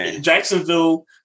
Jacksonville